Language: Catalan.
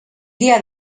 dia